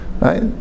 Right